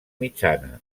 mitjana